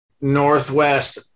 Northwest